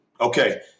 Okay